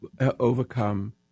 Overcome